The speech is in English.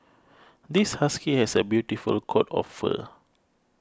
this husky has a beautiful coat of fur